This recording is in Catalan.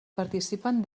participen